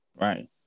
right